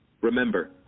Remember